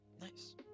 Nice